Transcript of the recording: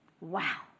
Wow